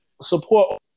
Support